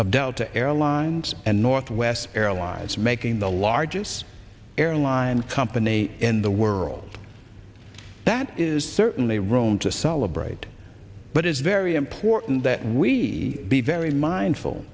of delta airlines and northwest airlines making the largest airline company in the world that is certainly rome to celebrate but it's very important that we be very m